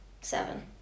Seven